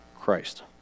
Christ